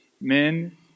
Men